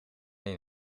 een